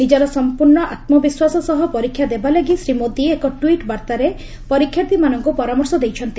ନିଜର ସମ୍ପର୍ଷ ଆତ୍ଲବିଶ୍ୱାସ ସହ ପରୀକ୍ଷା ଦେବାଲାଗି ଶ୍ରୀ ମୋଦି ଏକ ଟ୍ୱିଟ୍ ବାର୍ତ୍ତାରେ ପରୀକ୍ଷାର୍ଥୀମାନଙ୍କୁ ପରାମର୍ଶ ଦେଇଛନ୍ତି